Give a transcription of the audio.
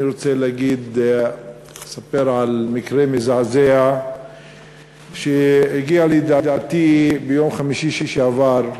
אני רוצה לספר על מקרה מזעזע שהגיע לידיעתי ביום חמישי שעבר.